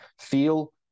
feel